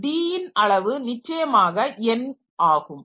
d ன் அளவு நிச்சயமாக n ஆகும்